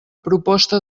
proposta